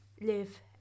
live